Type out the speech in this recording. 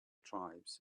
tribes